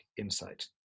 insight